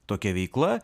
tokia veikla